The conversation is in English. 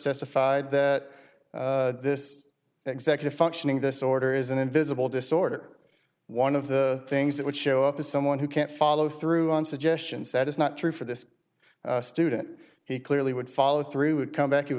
testified that this executive functioning this order is an invisible disorder one of the things that would show up to someone who can't follow through on suggestions that is not true for this student he clearly would follow through would come back you